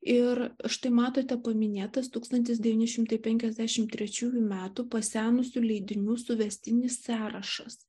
ir štai matote paminėtas tūkstantis devyni šimtai penkiasdešimt trečiųjų metų pasenusių leidinių suvestinis sąrašas